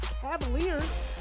Cavaliers